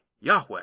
Yahweh